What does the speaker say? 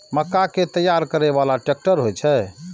मक्का कै तैयार करै बाला ट्रेक्टर होय छै?